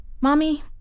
Mommy